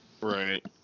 Right